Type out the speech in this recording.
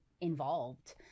involved